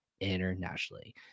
Internationally